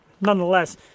nonetheless